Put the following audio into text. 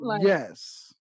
Yes